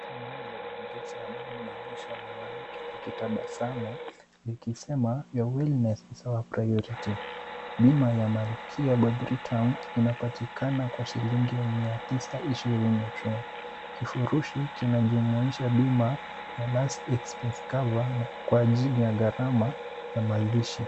Tangazo la Britam linaonyesha mwanamke akitabasamu likisema your wellness is our priority. Bima ya malkia wa Britam inapatikana kwa shilingi mia tisa ishirini tu. Kifurushi kinajumuisha bima ya last expense cover kwa ajili ya gharama ya mazishi.